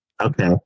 okay